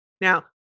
Now